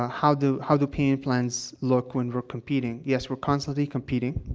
ah how do how do payment plans look when we're competing yes, we're constantly competing,